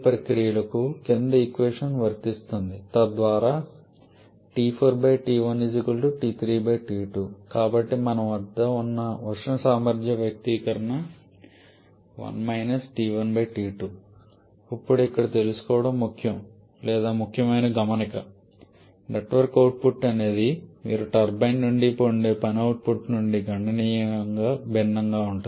అదేవిధంగా తద్వారా కాబట్టి మన వద్ద ఉన్న ఉష్ణ సామర్థ్య వ్యక్తీకరణ ఇప్పుడు ఇక్కడ తెలుసుకోవడం ముఖ్యం లేదా ముఖ్యమైన గమనిక నెట్వర్క్ అవుట్పుట్ అనేది మీరు టర్బైన్ నుండి పొందే పని అవుట్పుట్ నుండి గణనీయంగా భిన్నంగా ఉంటుంది